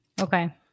Okay